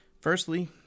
Firstly